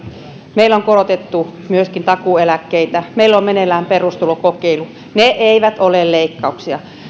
meillä on korotettu myöskin takuueläkkeitä meillä on meneillään perustulokokeilu ne eivät ole leikkauksia